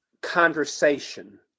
conversation